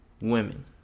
women